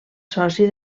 soci